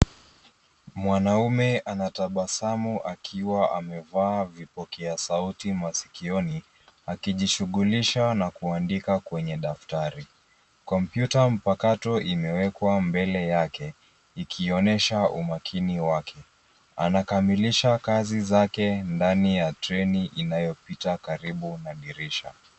Mwanaume anatabasamu akiwa amevaa vipokea sauti masikioni akijishughulisha na kuandika kwenye daftari. Kompyuta mpakato imewekwa mbele yake ikionyesha umakini wake. Anakamilisha kazi zake ndani ya treni inayopita karibu na dirisha.